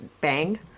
bang